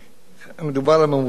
מדובר על ממוצע, כמובן.